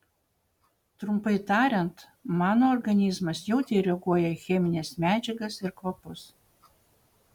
trumpai tariant mano organizmas jautriai reaguoja į chemines medžiagas ir kvapus